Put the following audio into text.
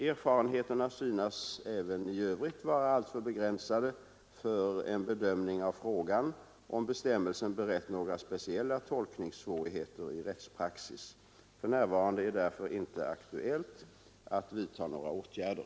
Erfarenheterna synes även i övrigt vara alltför begränsade för en bedömning av frågan om bestämmelsen har berett några speciella tolkningssvårigheter i rättspraxis. För närvarande är det därför inte aktuellt att vidtaga några åtgärder.